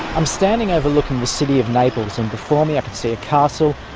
i'm standing overlooking the city of naples, and before me i can see a castle,